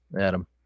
Adam